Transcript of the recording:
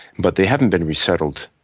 but they haven't been resettled,